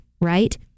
Right